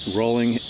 rolling